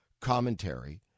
commentary